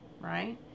right